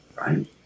right